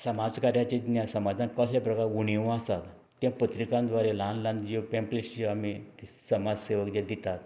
समाजकार्याचें ज्ञान समाजा कसले प्रकार उणिवां आसात तें पत्रिकान बरें ल्हान ल्हान जे पँप्लेट्स जे आमी ते समाजसेवा किदें दितात